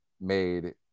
made